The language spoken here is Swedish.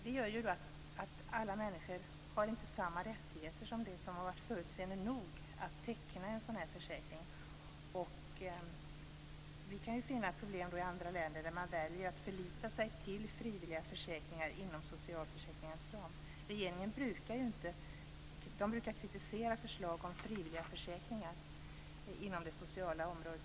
Det gör att alla människor inte har samma rättigheter som de som har varit förutseende nog att teckna en sådan här försäkring. Vi kan finna problem i andra länder där man väljer att förlita sig på frivilliga försäkringar inom socialförsäkringens ram. Regeringen brukar kritisera förslag om frivilliga försäkringar på det sociala området.